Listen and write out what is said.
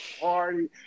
party